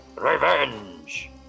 REVENGE